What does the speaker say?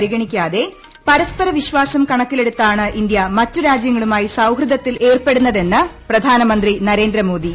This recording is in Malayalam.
പരിഗണിക്കാതെ പരസ്പര വിശ്വാസം കണക്കിലെടുത്താണ് ഇന്ത്യ മറ്റ് ര്യൂജൃങ്ങളുമായി സൌഹൃദത്തിൽ ഏർപ്പെടുന്നുകൃത്ത്ന് പ്രധാനമന്ത്രി നരേന്ദ്രമോദി